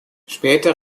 später